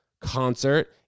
concert